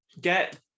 Get